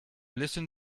listen